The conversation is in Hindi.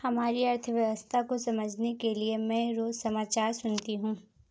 हमारी अर्थव्यवस्था को समझने के लिए मैं रोज समाचार सुनती हूँ